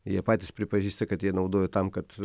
jie patys pripažįsta kad jie naudojo tam kad